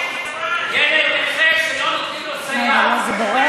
ילד נכה שלא נותנים לו סייעת.